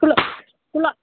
ಕುಲ್ಲ ಕುಲ್ಲ